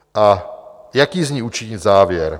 A jaký z ní učinit závěr?